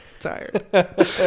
tired